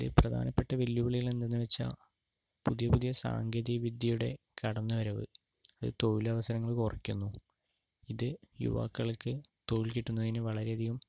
ഇതിൽ പ്രധാനപ്പെട്ട വെല്ലുവിളികൾ എന്താണെന്നു വച്ചാൽ പുതിയ പുതിയ സാങ്കേതിക വിദ്യയുടെ കടന്നുവരവ് അത് തൊഴിലവസരങ്ങൾ കുറയ്ക്കുന്നു ഇത് യുവാക്കൾക്ക് തൊഴിൽ കിട്ടുന്നതിന് വളരെയധികം